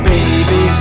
Baby